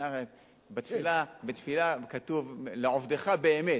בתפילה כתוב "לעבדך באמת",